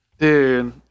Dude